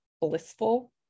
blissful